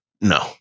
no